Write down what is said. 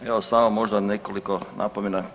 Evo samo možda nekoliko napomena.